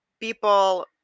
people